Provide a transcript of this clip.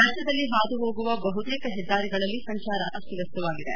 ರಾಜ್ಯದಲ್ಲಿ ಹಾದು ಹೋಗುವ ಬಹುತೇಕ ಹೆದ್ದಾರಿಗಳಲ್ಲಿ ಸಂಚಾರ ಅಸ್ತವ್ಯಸ್ತವಾಗಿದೆ